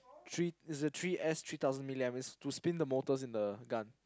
three its a three S three thousand milleniums to spin the motors in the gun